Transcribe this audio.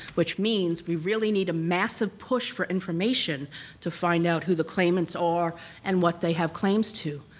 which means we really need a massive push for information to find out who the claimants are and what they have claims to,